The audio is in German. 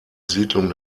siedlung